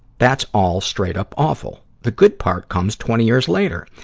that's all straight-up awful. the good part comes twenty years later.